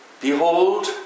Behold